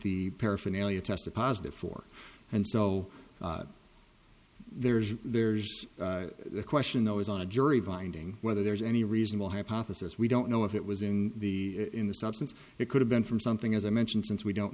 the paraphernalia tested positive for and so there's there's the question though is on a jury finding whether there's any reasonable hypothesis we don't know if it was in the in the substance it could have been from something as i mentioned since we don't